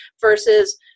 versus